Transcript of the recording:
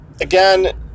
Again